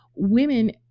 women